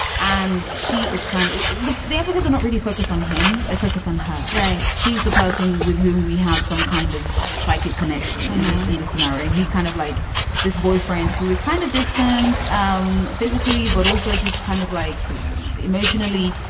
and she is kind of the the epithets are not really focused on him. they focus on her. right. she's the person with whom we have some kind of psychic connection in this in this scenario. and he's kind of like this boyfriend who is kind of distant um physically, but also just kind of like emotionally.